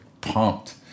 pumped